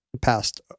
passed